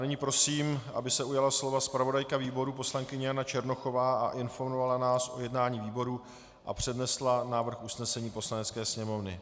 Nyní prosím, aby se ujala slova zpravodajka výboru poslankyně Jana Černochová a informovala nás o jednání výboru a přednesla návrh usnesení Poslanecké sněmovny.